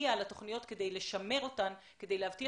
מגיע לתוכניות כדי לשמר אותן כדי להבטיח